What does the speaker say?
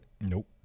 Nope